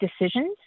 decisions